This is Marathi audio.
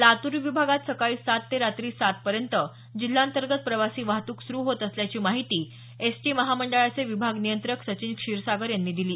लातूर विभागात सकाळी सात ते रात्री सातपर्यंत जिल्हाअंतर्गत प्रवासी वाहतूक सुरु होत असल्याची माहिती एस टी महामंडळाचे विभाग नियंत्रक सचिन क्षीरसागर यांनी दिली